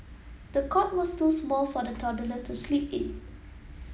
the cot was too small for the toddler to sleep in